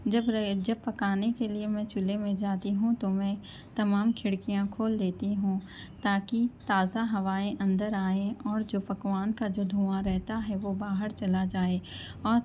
جب رہے جب پکانے کے لیے میں چولہے میں جاتی ہوں تو میں تمام کھڑکیاں کھول دیتی ہوں تا کہ تازہ ہوائیں اندر آئیں اور جو پکوان کا جو دُھواں رہتا ہے وہ باہر چلا جائے اور